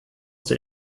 der